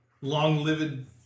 long-lived